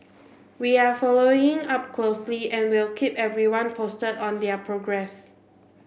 we are following up closely and will keep everyone posted on their progress